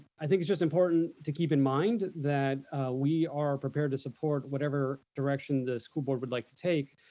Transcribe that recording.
i think it's just important to keep in mind that we are prepared to support whatever direction the school board would like to take.